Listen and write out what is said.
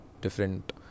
different